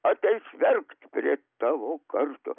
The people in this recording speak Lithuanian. ateis verkt prie tavo karsto